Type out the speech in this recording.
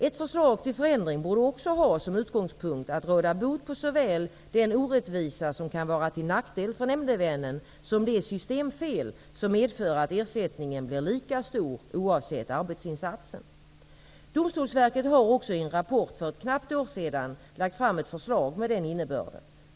Ett förslag till förändring borde också ha som utgångspunkt att råda bot på såväl den orättvisa som kan verka till nackdel för nämndemännen som det systemfel som medför att ersättningen blir lika stor oavsett arbetsinsatsen. Domstolsverket har också i en rapport för ett knappt år sedan lagt fram ett förslag med den innebörden.